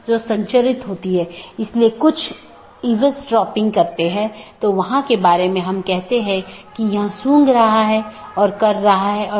4 जीवित रखें मेसेज यह निर्धारित करता है कि क्या सहकर्मी उपलब्ध हैं या नहीं